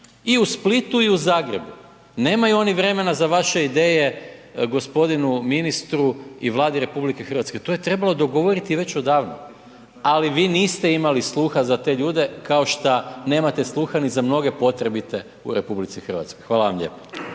I u Splitu i u Zagrebu, nemaju oni vremena za vaše ideje gospodinu ministru i Vladi RH. To je trebalo dogovoriti već odavno, ali vi niste imali sluha za te ljude, kao što nemate sluha ni za mnoge potrebite u RH. Hvala vam lijepo.